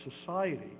society